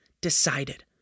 decided